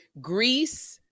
Greece